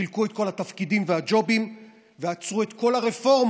חילקו את כל התפקידים והג'ובים ועצרו את כל הרפורמות